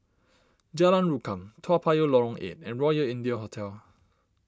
Jalan Rukam Toa Payoh Lorong eight and Royal India Hotel